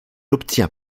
obtient